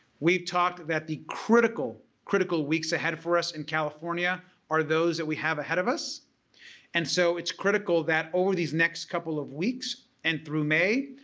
we've talked that the critical, critical weeks ahead for us in california are those that we have ahead of us and so it's critical that over these next couple of weeks and through may,